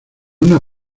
una